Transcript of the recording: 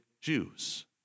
Jews